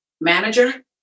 manager